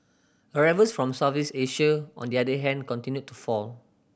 arrivals from Southeast Asia on the other hand continued to fall